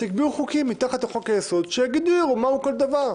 תקבעו חוקים מתחת לחוק היסוד שיגדירו מהו כל דבר.